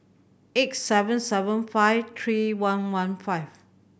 eight seven seven five three one one five